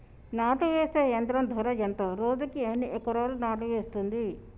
నాటు వేసే యంత్రం ధర ఎంత రోజుకి ఎన్ని ఎకరాలు నాటు వేస్తుంది?